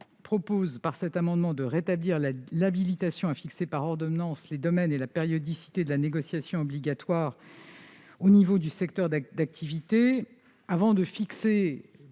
propose de rétablir l'habilitation à fixer par ordonnance les domaines et la périodicité de la négociation obligatoire au niveau du secteur d'activité. Avant d'arrêter